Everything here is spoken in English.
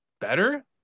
better